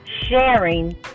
sharing